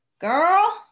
Girl